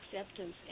acceptance